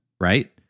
right